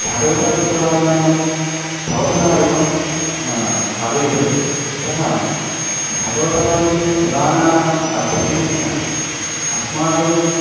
भागवतादिपुराणानां प्रवचनादिकं कारयति यतः भागवतादिपुराणानां अध्ययनेन अस्माकं